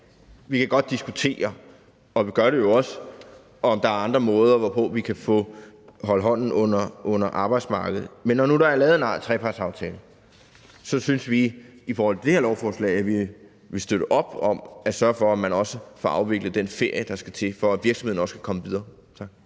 vi kan godt diskutere, og vi gør det jo også, om der er andre måder, hvorpå vi kan holde hånden under arbejdsmarkedet. Men når nu der er lavet en trepartsaftale, synes vi, at vi i forhold til det her lovforslag vil støtte op om, at der sørges for, at man også får afviklet den ferie, der skal til, for at virksomheden også kan komme videre.